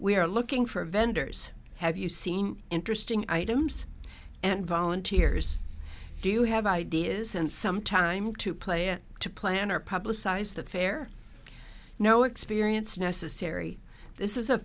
are looking for vendors have you seen interesting items and volunteers do you have ideas and some time to play or to plan or publicize the faire no experience necessary this is a